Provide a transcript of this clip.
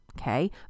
okay